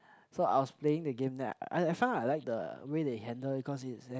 so I was playing the game that I I found I like the way they handle it cause it's there's